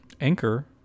Anchor